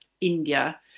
India